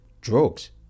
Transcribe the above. Drugs